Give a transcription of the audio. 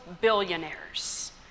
billionaires